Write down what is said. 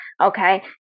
Okay